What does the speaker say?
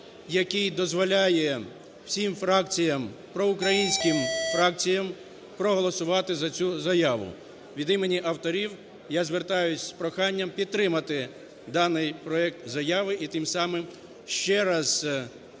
який дозволяє всім фракціям, проукраїнським фракціям, проголосувати за цю заяву. Від імені авторів, я звертаюсь з проханням підтримати даний проект заяви. І тим самим ще раз